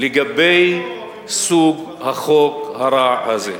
לגבי סוג החוק הרע הזה.